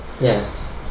Yes